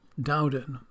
doubted